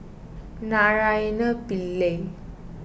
Naraina Pillai